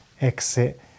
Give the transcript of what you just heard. exit